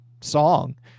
song